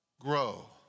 grow